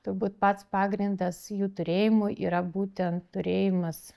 turbūt pats pagrindas jų turėjimui yra būtent turėjimas